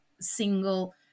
single